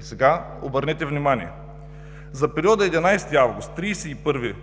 Сега, обърнете внимание: за периода 11 август – 31 октомври